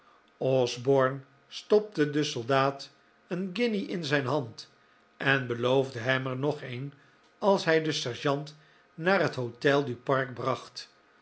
osborne stopte den soldaat een guinje in zijn hand en beloofde hem er nog een als hij den sergeant naar het hotel du pare bracht